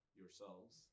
yourselves